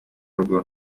rugo